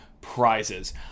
prizes